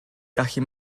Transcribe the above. gallu